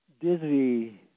dizzy